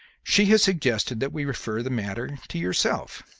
she has suggested that we refer the matter to yourself.